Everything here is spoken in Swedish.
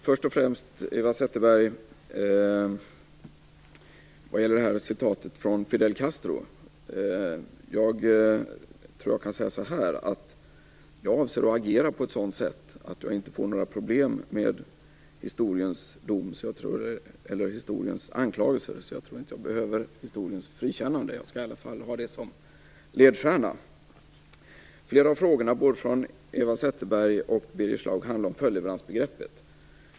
Herr talman! Eva Zetterberg citerade Fidel Castro. Som svar på det kan jag säga att jag avser att agera på ett sådant sätt att jag inte får några problem med historiens anklagelser. Jag tror därför inte att jag behöver historiens frikännande. Jag skall i alla fall ha det som ledstjärna. Flera av frågorna från både Eva Zetterberg och Birger Schlaug handlar om följdleveransbegreppet.